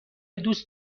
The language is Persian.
دوست